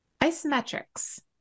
Isometrics